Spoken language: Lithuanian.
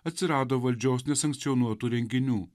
atsirado valdžios nesankcionuotų renginių